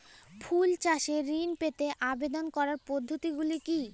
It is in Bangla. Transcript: ফুল চাষে ঋণ পেতে আবেদন করার পদ্ধতিগুলি কী?